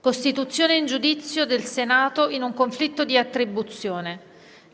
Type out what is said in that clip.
costituzione in giudizio del Senato in un conflitto di attribuzione;